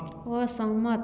असहमत